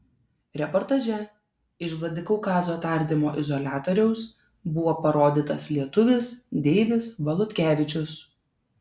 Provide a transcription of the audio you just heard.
reportaže iš vladikaukazo tardymo izoliatoriaus buvo parodytas lietuvis deivis valutkevičius